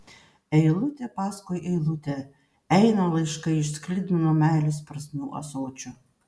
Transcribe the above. eilutė paskui eilutę eina laiškai iš sklidino meilės prasmių ąsočio